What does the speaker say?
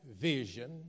vision